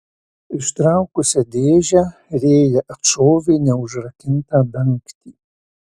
ištraukusi dėžę rėja atšovė neužrakintą dangtį